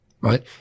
Right